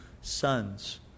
sons